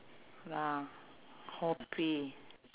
ya copy